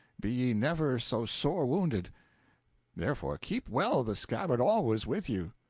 be ye never so sore wounded therefore, keep well the scabbard always with you.